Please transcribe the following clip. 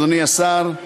אדוני השר,